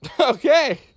Okay